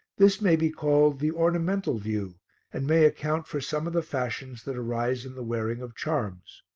this may be called the ornamental view and may account for some of the fashions that arise in the wearing of charms.